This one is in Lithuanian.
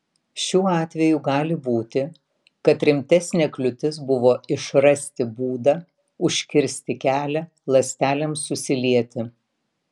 šiuo atveju gali būti kad rimtesnė kliūtis buvo išrasti būdą užkirsti kelią ląstelėms susilieti